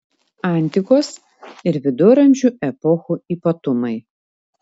antikos ir viduramžių epochų ypatumai